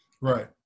right